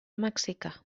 mexicà